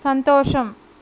సంతోషం